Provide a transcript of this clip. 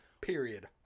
Period